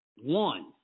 one